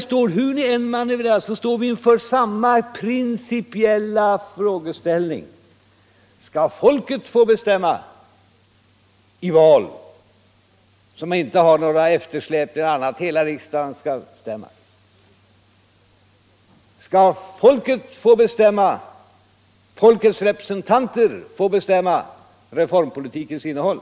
För hur ni än manövrerar står vi ju inför samma principiella frågeställning: Skall folket få bestämma i val på sådant sätt att vi inte får någon eftersläpning utan hela riksdagen väljs på en gång, och skall folkets representanter få bestämma reformpolitikens innehåll?